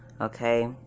Okay